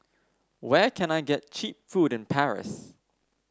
where can I get cheap food in Paris